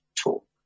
talk